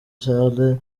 charles